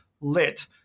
lit